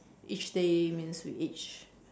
each day means each